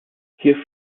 hier